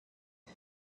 und